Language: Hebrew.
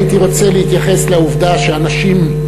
הייתי רוצה להתייחס לעובדה שאנשים,